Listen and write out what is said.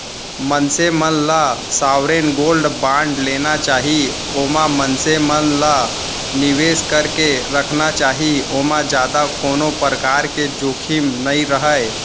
मनसे मन ल सॉवरेन गोल्ड बांड लेना चाही ओमा मनसे मन ल निवेस करके रखना चाही ओमा जादा कोनो परकार के जोखिम नइ रहय